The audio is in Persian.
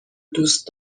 دوست